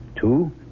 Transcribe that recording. Two